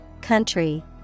country